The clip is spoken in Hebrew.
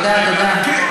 תודה, תודה.